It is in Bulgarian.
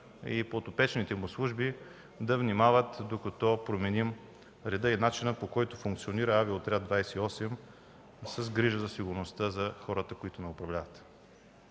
и подопечните му служби да внимават докато променим реда и начина, по който функционира Авиоотряд 28, с грижа за сигурността за хората, които ни управляват.